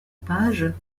pages